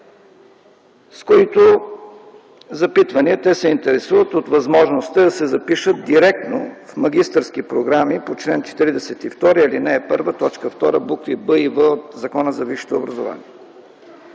С тези запитвания те се интересуват от възможностите да се запишат директно в магистърски програми по чл. 42, ал. 1, т. 2, букви „б” и „в” от Закона за висшето образование.